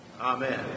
Amen